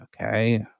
okay